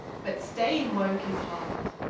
but staying woke is hard.